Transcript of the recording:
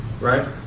right